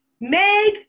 Meg